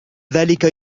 ذلك